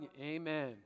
amen